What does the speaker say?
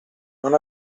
non